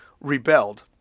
rebelled